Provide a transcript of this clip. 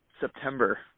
September